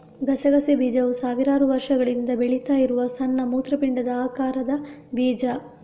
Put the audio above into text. ಗಸಗಸೆ ಬೀಜವು ಸಾವಿರಾರು ವರ್ಷಗಳಿಂದ ಬೆಳೀತಾ ಇರುವ ಸಣ್ಣ ಮೂತ್ರಪಿಂಡದ ಆಕಾರದ ಬೀಜ